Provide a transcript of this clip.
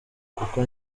kuko